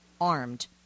armed